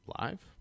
live